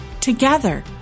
together